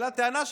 העלה טענה,